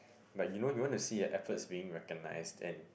but you know you want to see a efforts being recognised then